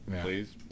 please